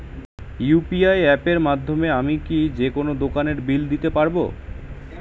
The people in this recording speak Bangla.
ইউ.পি.আই অ্যাপের মাধ্যমে আমি কি যেকোনো দোকানের বিল দিতে পারবো?